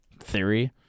theory